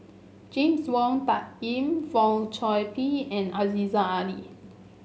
James Wong Tuck Yim Fong Chong Pik and Aziza Ali